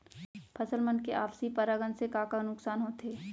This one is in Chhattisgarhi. फसल मन के आपसी परागण से का का नुकसान होथे?